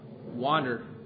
Wander